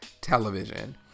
television